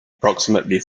approximately